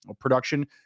production